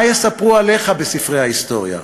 מה יספרו עליך בספרי ההיסטוריה?